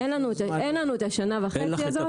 אין לנו את השנה וחצי הזאת.